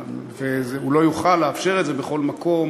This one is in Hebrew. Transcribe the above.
והוא לא יוכל לאפשר את זה בכל מקום.